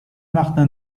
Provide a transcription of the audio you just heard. martin